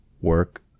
Work